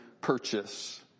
purchase